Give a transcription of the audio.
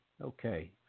Okay